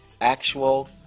actual